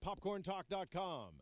PopcornTalk.com